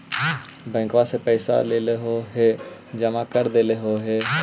बैंकवा से पैसवा लेलहो है जमा कर देलहो हे?